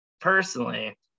personally